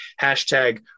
hashtag